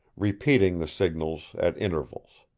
repeating the signals at intervals.